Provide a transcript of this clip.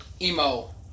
emo